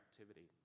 activity